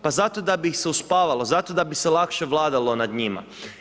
Pa zato da bi ih se uspavalo, zato da bi se lakše vladalo nad njima.